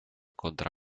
contra